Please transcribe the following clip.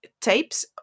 Tapes